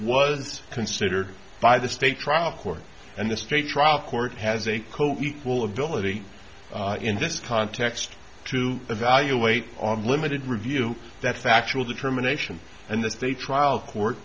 was considered by the state trial court and the state trial court has a co equal ability in this context to evaluate on limited review that factual determination and this they trial court